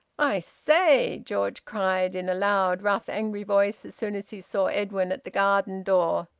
i say! george cried, in a loud, rough, angry voice, as soon as he saw edwin at the garden door.